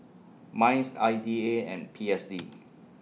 Mice I D A and P S D